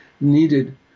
needed